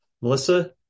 Melissa